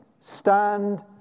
Stand